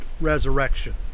resurrection